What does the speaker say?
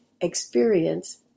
experience